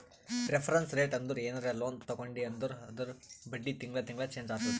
reference rate ಅಂದುರ್ ಏನರೇ loan ತಗೊಂಡಿ ಅಂದುರ್ ಅದೂರ್ ಬಡ್ಡಿ ತಿಂಗಳಾ ತಿಂಗಳಾ ಚೆಂಜ್ ಆತ್ತುದ